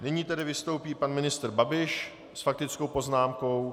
Nyní tedy vystoupí pan ministr Babiš s faktickou poznámkou.